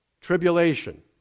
Tribulation